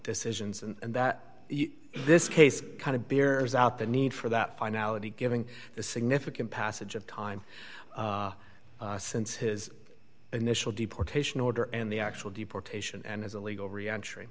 decisions and that this case kind of beer is out the need for that finality giving significant passage of time since his initial deportation order and the actual deportation and as a legal reactionary